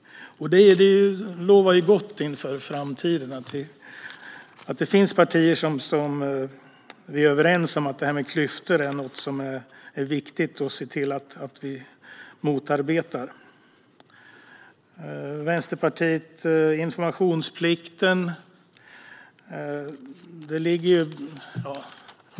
Det lovar gott inför framtiden att det finns partier som vi är överens med om att det är viktigt att vi motarbetar klyftor. Vänsterpartiet talade om informationsplikten.